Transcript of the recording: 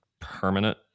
Permanent